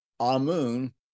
Amun